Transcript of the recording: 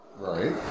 right